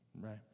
right